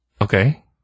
Okay